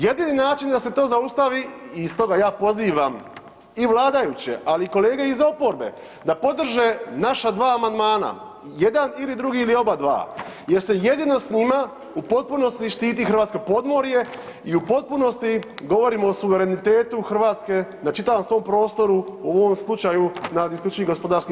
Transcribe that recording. Jedini način da se to zaustavi i stoga ja pozivam i vladajuće, ali i kolege iz oporbe da podrže naša dva amandmana, jedan ili drugi ili obadva jer se jedino s njima u potpunosti štiti hrvatsko podmorje i u potpunosti govorimo o suverenitetu Hrvatske nad čitavom svom prostoru, u ovom slučaju nad IGP-om.